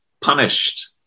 punished